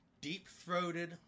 deep-throated